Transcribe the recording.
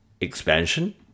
expansion